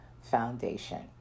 foundation